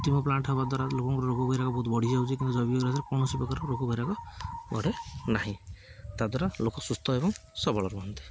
କୃତ୍ରିମ ପ୍ଲାଣ୍ଟ ହେବା ଦ୍ୱାରା ଲୋକଙ୍କୁ ରୋଗ ବୈରାଗ ବହୁତ ବଢ଼ିଯାଉଛି କିନ୍ତ ଜୈବିକ ଜାଳେଣୀରେ କୌଣସି ପ୍ରକାର ରୋଗ ବୈରାଗ ବଢ଼େ ନାହିଁ ତା ଦ୍ୱାରା ଲୋକ ସୁସ୍ଥ ଏବଂ ସବଳ ରୁହନ୍ତି